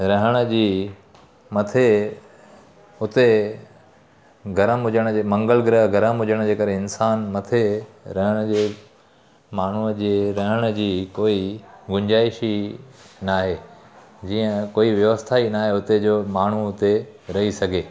रहण जी मथे हुते गरम हुजण जे मंगल ग्रह गरम हुजण जे करे इंसान मथे रहण जे माण्हूअ जे रहण जी कोई गुंजाइश ई न आहे जीअं कोई व्यवस्था ई न आहे हुते जो माण्हू हुते रही सघे